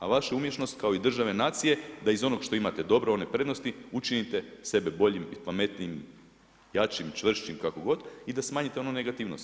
A vaša umješnost kao i države nacije da iz onog što imate dobro, one prednosti učinite sebe boljim i pametnijim, jačim, čvršćim, kako god i da smanjite onu negativnost.